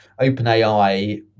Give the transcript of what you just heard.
OpenAI